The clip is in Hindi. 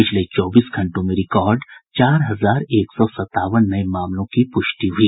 पिछले चौबीस घंटों में रिकॉर्ड चार हजार एक सौ सतावन नये मामलों की पुष्टि हुई